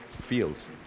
feels